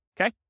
okay